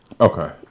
Okay